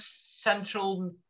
central